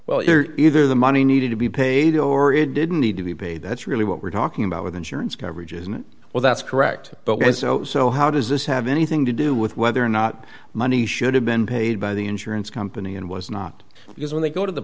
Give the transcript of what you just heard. your either the money needed to be paid or it didn't need to be paid that's really what we're talking about with insurance coverage isn't well that's correct but also so how does this have anything to do with whether or not money should have been paid by the insurance company and was not because when they go to the